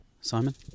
Simon